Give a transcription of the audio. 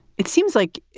it seems like